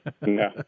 No